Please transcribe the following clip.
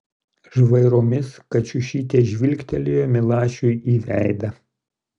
žvairomis kačiušytė žvilgteli milašiui į veidą